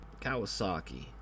Kawasaki